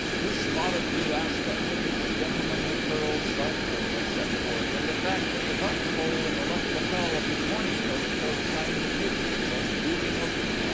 his spotted blue ascot, with its gentlemanly pearl scarfpin, was set forth, and the fact that the buttonhole in the left lapel of his morning coat showed signs of use was duly noted.